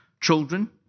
children